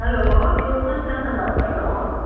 hello यो Kanchenjunga hotel हो